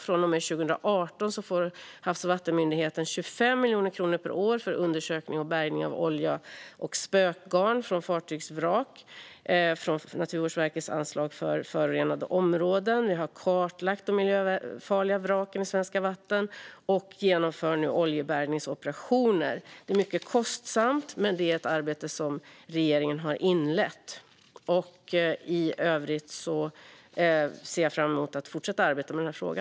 Sedan 2018 får Havs och vattenmyndigheten 25 miljoner kronor per år för undersökning och bärgning av olja och spökgarn från fartygsvrak, från Naturvårdsverkets anslag för förorenade områden. Vi har kartlagt de miljöfarliga vraken i svenska vatten och genomför nu oljebärgningsoperationer. Det är mycket kostsamt, men det är ett arbete som regeringen har inlett. I övrigt ser jag fram emot att fortsätta arbetet med denna fråga.